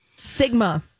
Sigma